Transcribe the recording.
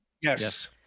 Yes